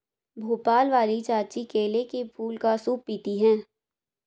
भोपाल वाली चाची केले के फूल का सूप पीती हैं